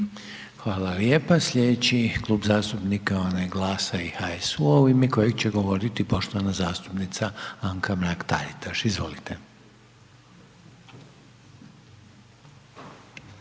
Hvala lijepo. Sljedeći Klub zastupnika je onaj GLAS-a i HSU-a u ime kojeg će govoriti poštovana zastupnica Anka Mrak Taritaš, izvolite.